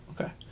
Okay